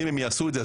אם הן יעשו את זה,